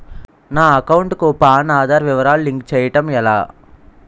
నా అకౌంట్ కు పాన్, ఆధార్ వివరాలు లింక్ చేయటం ఎలా?